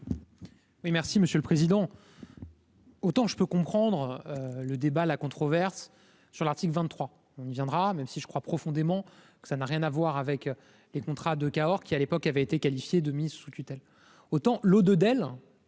Et merci monsieur le président. Autant je peux comprendre le débat, la controverse sur l'article 23 il viendra, même si je crois profondément que ça n'a rien à voir avec les contrats de Cahors, qui à l'époque, il avait été qualifié de mise sous tutelle, autant l'de